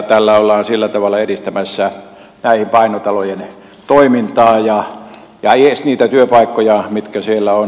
tällä ollaan sillä tavalla edistämässä näiden painotalojen toimintaa ja edes niitä työpaikkoja mitkä siellä ovat